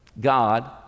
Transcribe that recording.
God